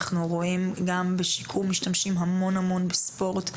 אנחנו רואים גם בשיקום משתמשים המון המון בספורט,